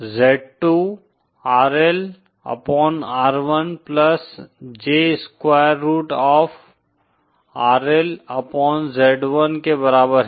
Z2 RL upon R1 plus J square root of RL upon Z1 के बराबर है